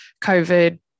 COVID